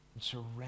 surrender